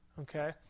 Okay